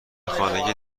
خانگی